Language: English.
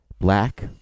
black